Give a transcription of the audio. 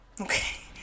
Okay